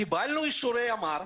קיבלנו אישורי אמ"ר,